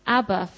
Abba